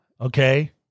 Okay